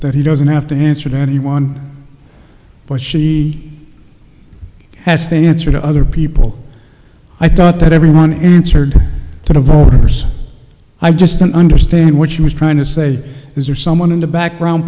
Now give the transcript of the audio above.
that he doesn't have to answer to anyone but she has to answer to other people i thought that everyone answered to the voters i just didn't understand what she was trying to say is there someone in the background